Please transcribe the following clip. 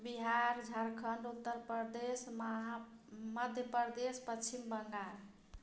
बिहार झारखण्ड उत्तर प्रदेश महा मध्य प्रदेश पच्छिम बङ्गाल